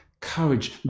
courage